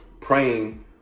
praying